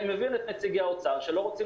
אני מבין את נציגי האוצר שלא רוצים